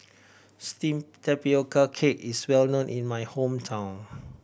steamed tapioca cake is well known in my hometown